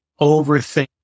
overthink